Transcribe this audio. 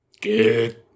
Good